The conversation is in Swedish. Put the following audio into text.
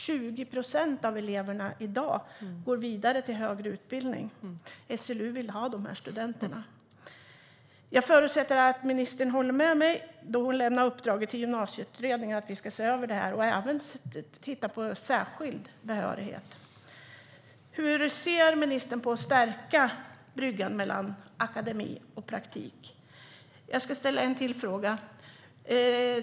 20 procent av eleverna går i dag vidare till högre utbildning. SLU vill ha dessa studenter. Jag förutsätter att ministern håller med mig då hon gett Gymnasieutredningen i uppdrag att se över detta och även titta på särskild behörighet. Hur ser ministern på att stärka bryggan mellan akademi och praktik?